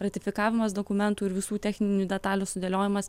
ratifikavimas dokumentų ir visų techninių detalių sudėliojimas